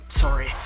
sorry